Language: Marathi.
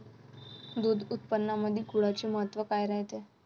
दूध उत्पादनामंदी गुळाचे महत्व काय रायते?